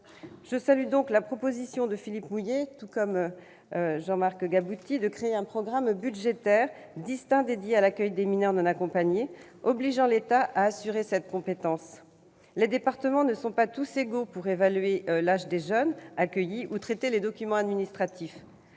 je salue la proposition de Philippe Mouiller de créer un programme budgétaire distinct dédié à l'accueil des mineurs non accompagnés, obligeant l'État à assumer cette compétence. Les départements ne sont pas tous égaux pour évaluer l'âge des jeunes accueillis ou traiter les documents administratifs.